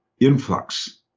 influx